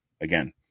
again